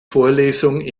vorlesung